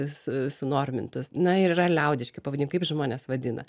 su sunormintus na ir yra liaudiški pavadinimai kaip žmonės vadina